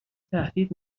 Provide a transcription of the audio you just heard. تهدید